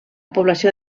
població